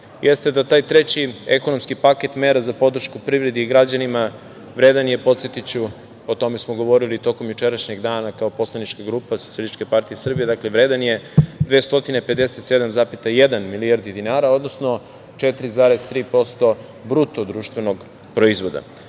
jeste da taj treći ekonomski paket mera za podršku privredi i građanima, vredan je i podsetiću, o tome smo govorili tokom jučerašnjeg dana kao poslanička grupa SPS vredan je 257,1 milijardu dinara, odnosno 4,3% bruto društvenog proizvoda. Prva